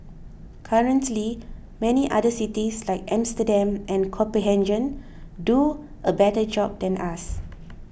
currently many other cities like Amsterdam and Copenhagen do a better job than us